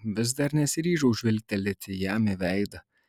vis dar nesiryžau žvilgtelėti jam į veidą